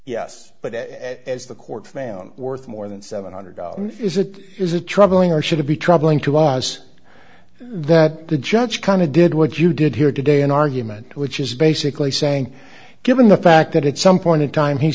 yes but as the court found worth more than seven hundred dollars is it is a troubling or should it be troubling to us that the judge kind of did what you did here today an argument which is basically saying given the fact that it's some point in time he